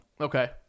Okay